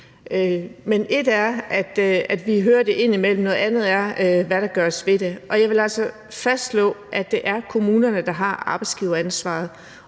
Men ét er, at vi hører det indimellem; noget andet er, hvad der gøres ved det, og jeg vil altså fastslå, at det er kommunerne, der har arbejdsgiveransvaret.